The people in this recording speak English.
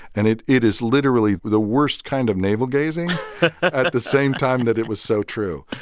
and it it is literally the worst kind of navel gazing at at the same time that it was so true.